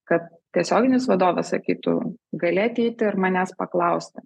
kad tiesioginis vadovas sakytų gali ateiti ir manęs paklausti